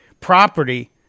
property